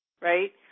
right